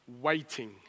waiting